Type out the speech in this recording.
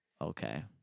Okay